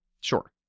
Sure